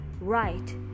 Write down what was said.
right